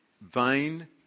vain